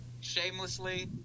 Shamelessly